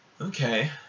Okay